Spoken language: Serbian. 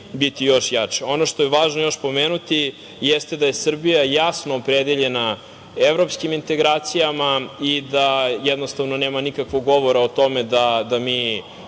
biti još jači. Ono što je još važno pomenuti, jeste da je Srbija jasno opredeljena evropskim integracijama i da je nema nikakvog govora o tome da mi